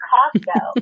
Costco